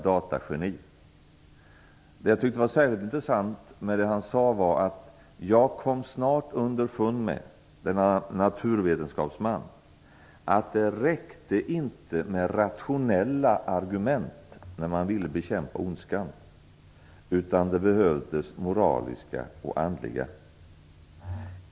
Det som jag tyckte var särskilt intressant var när denne naturvetenskapsman sade: Jag kom snart underfund med att det inte räckte med rationella argument när man ville bekämpa ondskan, utan det behövdes moraliska och andliga argument.